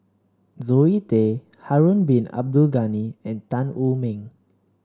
Zoe Tay Harun Bin Abdul Ghani and Tan Wu Meng